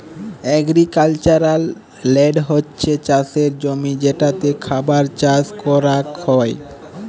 agricultural land হছ্যে চাসের জমি যেটাতে খাবার চাস করাক হ্যয়